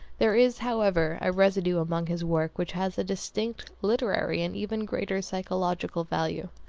there is, however, a residue among his works which has a distinct literary and even greater psychological value.